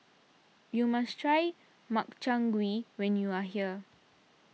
you must try Makchang Gui when you are here